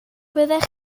fyddech